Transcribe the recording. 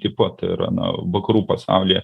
tipo tai yra na vakarų pasaulyje